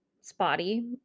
spotty